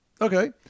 okay